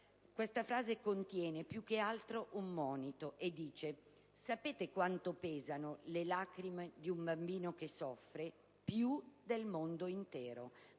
La frase contiene più che altro un monito: «Sapete quanto pesano le lacrime di un bambino che soffre? Più del mondo intero!».